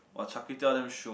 !wah! Char-Kway-Teow damn shiok